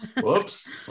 Whoops